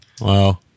Wow